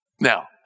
Now